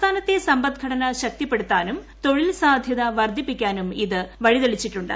സംസ്ഥാനത്തെ സ്പ്പ്ദ്ഘടന ശക്തിപ്പെടുത്താനും തൊഴിൽ സാധ്യത വർധിപ്പിക്കാനും ഇതു പ്പൂഴിര്യതളിച്ചിട്ടുണ്ട്